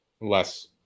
less